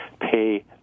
Pay